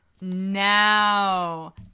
Now